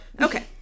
Okay